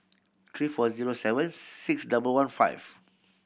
three four zero seven six double one five